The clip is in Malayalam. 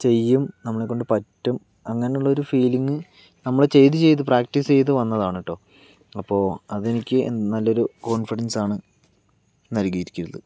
ചെയ്യും നമ്മളെ കൊണ്ട് പറ്റും അങ്ങനെയുള്ള ഒരു ഫീലിംഗ് നമ്മള് ചെയ്ത് ചെയ്ത് പ്രാക്ടീസ് ചെയ്ത് വന്നതാണ് കേട്ടോ അപ്പോൾ അത് എനിക്ക് നല്ലൊരു കോൺഫിഡൻസാണ് നൽകിയിരിക്കുന്നത്